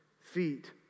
feet